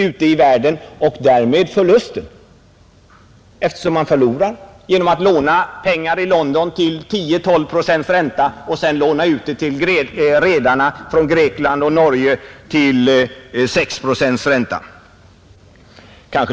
Då ökar också förlusten, eftersom man förlorar genom att låna pengar i London till 10—12 procents ränta och sedan lånar ut dem till redarna från Grekland och Norge till 6 procents ränta.